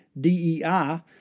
DEI